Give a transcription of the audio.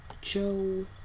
Joe